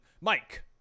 Mike